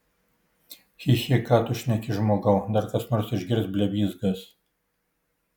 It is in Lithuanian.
chi chi ką tu šneki žmogau dar kas nors išgirs blevyzgas